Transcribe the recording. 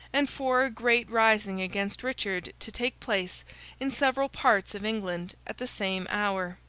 and for a great rising against richard to take place in several parts of england at the same hour.